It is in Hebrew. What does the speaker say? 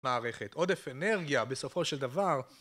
מערכת עודף אנרגיה, בסופו של דבר...